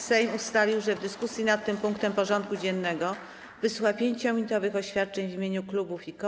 Sejm ustalił, że w dyskusji nad tym punktem porządku dziennego wysłucha 5-minutowych oświadczeń w imieniu klubów i koła.